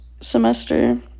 semester